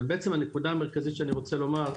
בעצם הנקודה המרכזית שאני רוצה לומר,